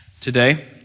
today